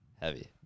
Heavy